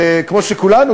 כמו שכולנו,